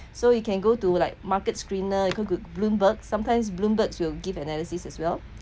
so you can go to like market screener you could go to Bloomberg sometimes Bloomberg will give analysis as well